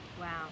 Wow